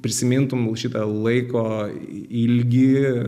prisimintum šitą laiko ilgį